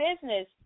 business